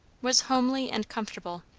was homely and comfortable.